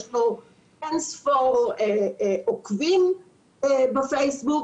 יש לו אין-ספור עוקבים בפייסבוק,